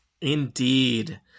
Indeed